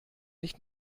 nicht